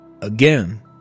Again